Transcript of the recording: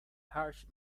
harsh